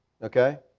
Okay